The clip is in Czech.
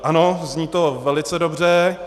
Ano, zní to velice dobře.